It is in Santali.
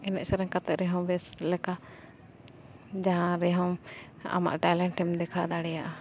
ᱮᱱᱮᱡ ᱥᱮᱨᱮᱧ ᱠᱟᱛᱮᱫ ᱨᱮᱦᱚᱸ ᱵᱮᱥ ᱞᱮᱠᱟ ᱡᱟᱦᱟᱸ ᱨᱮᱦᱚᱸ ᱟᱢᱟᱜ ᱴᱮᱞᱮᱱᱴᱮᱢ ᱫᱮᱠᱷᱟᱣ ᱫᱟᱲᱮᱭᱟᱜᱼᱟ